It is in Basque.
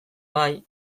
bai